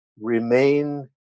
remain